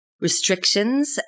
restrictions